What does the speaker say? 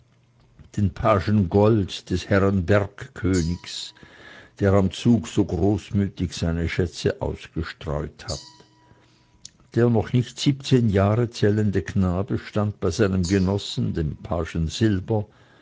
den pagen gold des herren bergkönigs der am zuge so großmütig seine schätze ausgestreut hat der noch nicht siebzehn jahre zählende knabe stand bei seinem genossen dem pagen silber